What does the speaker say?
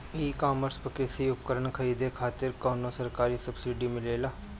ई कॉमर्स पर कृषी उपकरण खरीदे खातिर कउनो सरकारी सब्सीडी मिलेला?